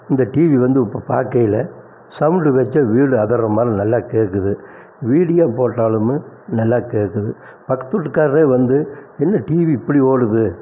இந்த டிவி வந்து இப்போ பார்க்கையில சவுண்ட் வச்சால் வீடு அதிர்ற மாதிரி நல்லா கேட்குது வீடியோ போட்டாலுமே நல்லா கேட்குது பக்கத்துவீட்டுக்காரரே வந்து என்ன டிவி இப்படி ஓடுது